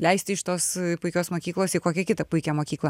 leisti iš tos puikios mokyklos į kokią kitą puikią mokyklą